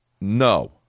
no